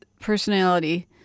personality